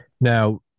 Now